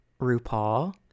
RuPaul